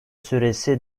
süresi